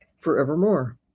forevermore